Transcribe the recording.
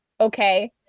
okay